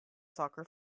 soccer